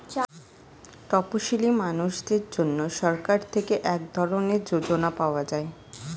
তপসীলি মানুষদের জন্য সরকার থেকে এক ধরনের যোজনা পাওয়া যায়